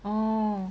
oh